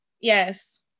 Yes